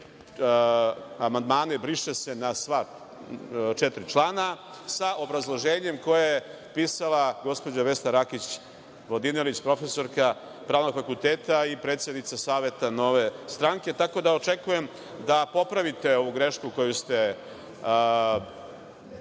amandmane „briše se“ na sva četiri člana sa obrazloženjem koje je pisala gospođa Vesna Rakić Vodinelić, profesorka Pravnog fakulteta i predsednica Saveta Nove stranke. Tako da očekujem da popravite ovu grešku koju ste